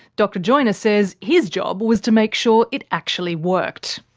dr joiner says his job was to make sure it actually worked.